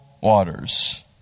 waters